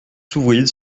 s’ouvrit